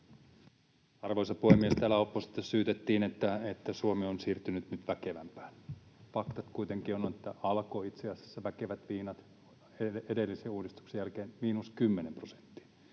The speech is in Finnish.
Arvoisa puhemies! Täällä oppositiosta syytettiin, että Suomi on siirtynyt nyt väkevämpään. Faktat kuitenkin ovat, että Alkon mukaan itse asiassa väkevät viinat edellisen uudistuksen jälkeen ovat miinus 10 prosenttia